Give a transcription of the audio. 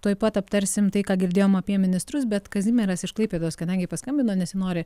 tuoj pat aptarsim tai ką girdėjom apie ministrus bet kazimieras iš klaipėdos kadangi paskambino nesinori